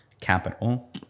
capital